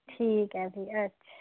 ठीक ऐ फ्ही अच्छा